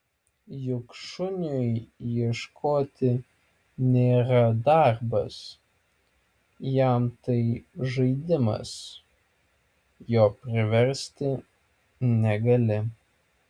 juk šuniui ieškoti nėra darbas jam tai žaidimas jo priversti negali